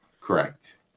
Correct